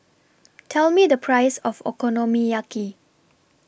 Tell Me The Price of Okonomiyaki